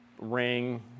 ring